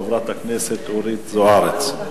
חברת הכנסת אורית זוארץ.